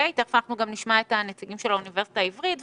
ותכף אנחנו גם נשמע את נציגי האוניברסיטה העברית,